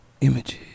Images